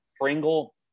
Pringle